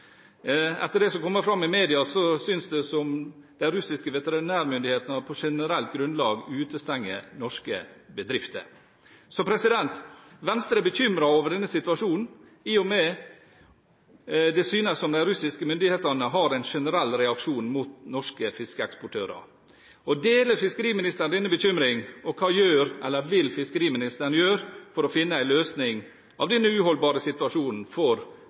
Etter det som kommer fram i mediene, synes det som om de russiske veterinærmyndighetene på generelt grunnlag utestenger norske bedrifter. Venstre er bekymret over denne situasjonen i og med at det synes som om de russiske myndighetene har en generell reaksjon mot norske fiskeeksportører. Deler fiskeriministeren denne bekymringen, og hva gjør eller vil fiskeriministeren gjøre for å finne en løsning på denne uholdbare situasjonen for